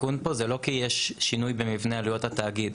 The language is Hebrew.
התיקון פה זה לא כי יש שינוי במבנה עלויות התאגיד.